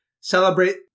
celebrate